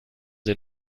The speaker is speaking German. sie